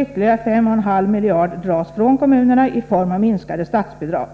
Ytterligare 5,5 miljarder dras från kommunerna i form av minskade statsbidrag.